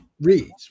reads